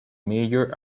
major